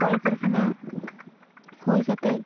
ᱠᱚᱞᱠᱟᱨᱠᱷᱟᱱᱟ ᱦᱩᱭ ᱠᱟᱛᱮ